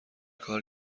کار